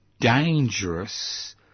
dangerous